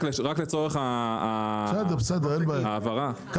רק לצורך ההבהרה- -- בסדר.